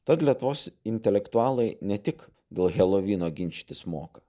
tad lietuvos intelektualai ne tik dėl helovyno ginčytis moka